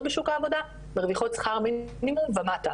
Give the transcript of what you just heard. בשוק העבודה מרוויחות שכר מינימום ומטה,